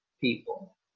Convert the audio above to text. people